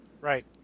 Right